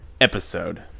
episode